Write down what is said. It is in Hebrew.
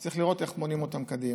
צריך לראות איך מונעים אותן קדימה.